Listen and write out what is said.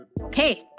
Okay